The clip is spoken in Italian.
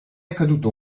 accaduto